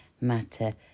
matter